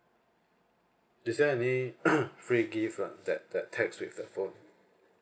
is there any free gift ah that that tagged with the phone